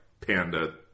Panda